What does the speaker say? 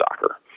soccer